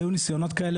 היו ניסיונות כאלה,